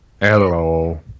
Hello